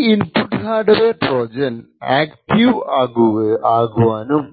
ഈ input hardware Trojan active ആകുവാനും